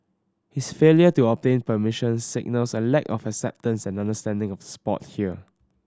his failure to obtain permission signals a lack of acceptance and understanding of the sport here